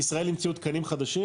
בישראל המציאו תקנים חדשים.